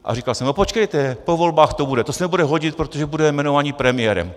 A říkal jsem: No počkejte, po volbách to bude, to se nebude hodit, protože bude jmenování premiérem.